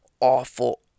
awful